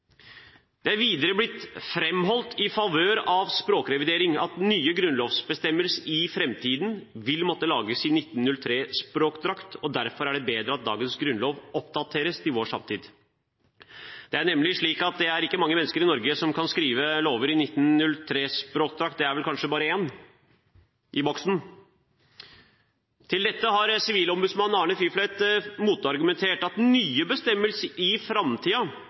Det er videre blitt framholdt i favør av språkrevidering at nye grunnlovsbestemmelser i framtiden vil måtte lages i 1903-språkdrakt, og derfor er det bedre at dagens grunnlov oppdateres til vår samtid. Det er nemlig ikke mange mennesker i Norge som kan skrive lover i 1903-språkdrakt, det er vel kanskje bare én. Til dette har sivilombudsmannen, Arne Fliflet, motargumentert med at nye bestemmelser i